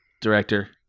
director